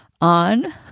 on